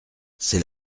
c’est